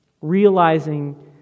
realizing